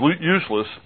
useless